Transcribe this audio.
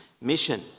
mission